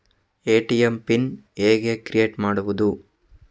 ATM pin ಹೇಗೆ create ಮಾಡುವುದು?